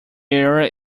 area